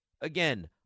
Again